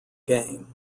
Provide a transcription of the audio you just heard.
game